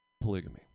Polygamy